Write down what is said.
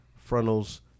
frontals